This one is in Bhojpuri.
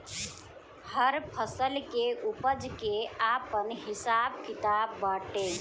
हर फसल के उपज के आपन हिसाब किताब बाटे